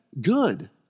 good